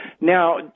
Now